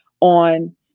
on